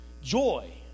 joy